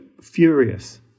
furious